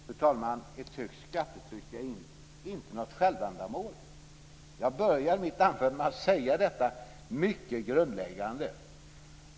Fru talman! Ett högt skattetryck är inte något självändamål. Jag började mitt anförande med att säga detta mycket grundläggande.